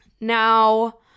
Now